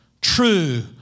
true